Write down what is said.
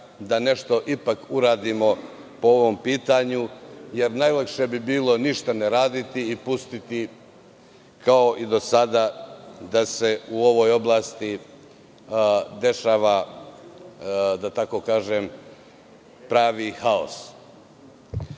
da nešto ipak uradimo po ovom pitanju, jer najlakše bi bilo ništa ne raditi i pustiti kao i do sada da se u ovoj oblasti dešava, da tako kažem, pravi haos. Cenim